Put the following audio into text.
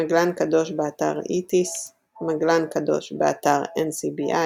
מגלן קדוש, באתר ITIS מגלן קדוש, באתר NCBI